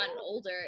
older